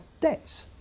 debts